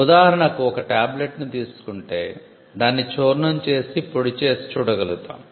ఉదాహరణకు ఒక టాబ్లెట్ను తీసుకుంటే దాన్ని చూర్ణం చేసి పొడి చేసి చూడగలుగుతాం